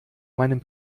meinem